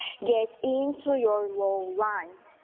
get into your low lunge,